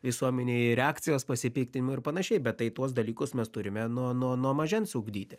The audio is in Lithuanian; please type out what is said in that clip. visuomenėj reakcijos pasipiktinimų ir panašiai bet tai tuos dalykus mes turime nuo nuo nuo mažens ugdyti